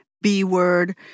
B-word